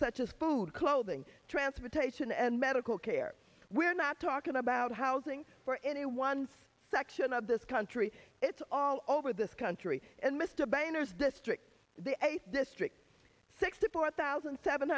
such as food clothing transportation and medical care we're not talking about housing for anyone's section of this country it's all over this country and mr banger's districts they districts sixty four thousand seven